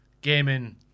gaming